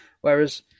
Whereas